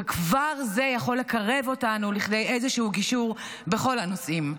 וכבר זה יכול לקרב אותנו לכדי איזשהו גישור בכל הנושאים.